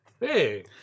Hey